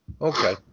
Okay